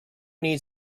need